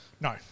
No